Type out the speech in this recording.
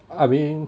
I mean